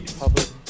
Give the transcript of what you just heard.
public